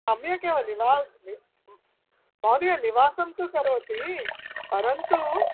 सम्यक् एव निवा महोदय निवासं तु करोति परन्तु